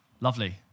Lovely